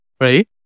Right